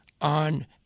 on